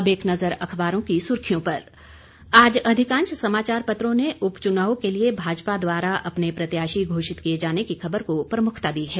अब एक नजर अखबारों की सुर्खियों पर आज अधिकांश समाचार पत्रों ने उप चुनाव के लिए भाजपा द्वारा अपने प्रत्याशी घोषित किए जाने की खबर को प्रमुखता दी है